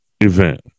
event